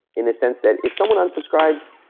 in the sense that, if someone unsubscribes,